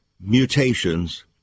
mutations